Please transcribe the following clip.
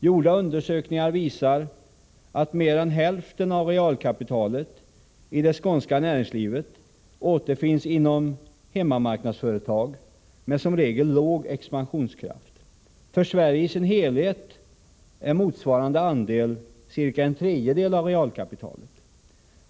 Gjorda undersökningar visar att mer än hälften av realkapitalet i det skånska näringslivet återfinns inom hemmamarknadsföretag med som regel låg expansionskraft. För Sverige i sin helhet är motsvarande andel ca en tredjedel av realkapitalet.